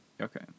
Okay